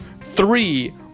Three